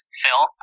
Phil